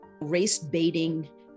race-baiting